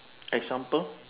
example